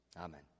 Amen